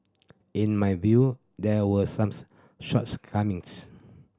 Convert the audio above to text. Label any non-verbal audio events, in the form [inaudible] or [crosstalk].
in my view there were some [unintelligible] shortcomings